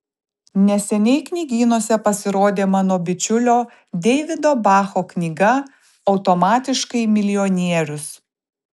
neseniai knygynuose pasirodė mano bičiulio deivido bacho knyga automatiškai milijonierius